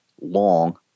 long